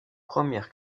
première